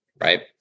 right